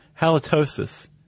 halitosis